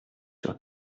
sur